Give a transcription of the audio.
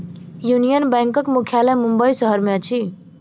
union बैंकक मुख्यालय मुंबई शहर में अछि